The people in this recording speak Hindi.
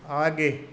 आगे